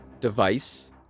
device